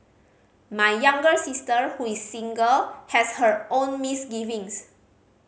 my younger sister who is single has her own misgivings